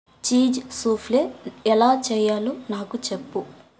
cheese soufflé ఎలా చెయ్యాలో నాకు చెప్పు